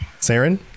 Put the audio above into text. Saren